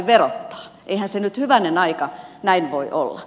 eihän se nyt hyvänen aika näin voi olla